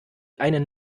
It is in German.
einen